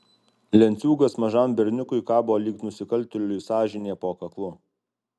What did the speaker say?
lenciūgas mažam berniukui kabo lyg nusikaltėliui sąžinė po kaklu